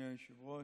אדוני היושב-ראש,